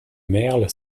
merle